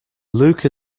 luke